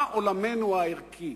מה עולמנו הערכי,